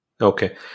okay